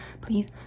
please